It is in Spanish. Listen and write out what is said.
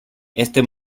este